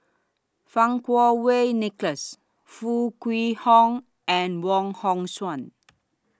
Fang Kuo Wei Nicholas Foo Kwee Horng and Wong Hong Suen